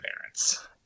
parents